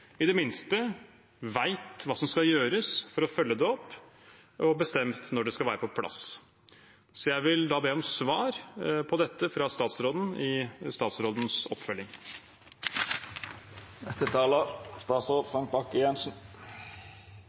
i det minste vet hva som skal gjøres for å følge det opp, og har bestemt når det skal være på plass. Så jeg vil be om svar på dette fra statsråden i statsrådens oppfølging.